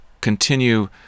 continue